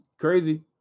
Crazy